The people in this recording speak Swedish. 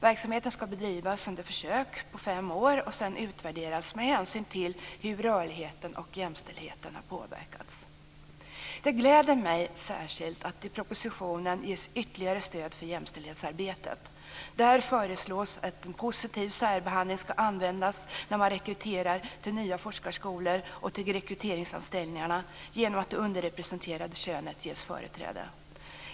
Verksamheten ska bedrivas på försök i fem år och sedan utvärderas med hänsyn till hur rörligheten och jämställdheten har påverkats. Det gläder mig särskilt att det i propositionen ges ytterligare stöd för jämställdhetsarbetet. Där föreslås att en positiv särbehandling ska användas när man rekryterar till nya forskarskolor och för rekryteringsanställningar genom att det underrepresenterade könet ges företräde.